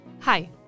Hi